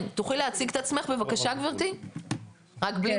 דפנה